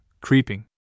creeping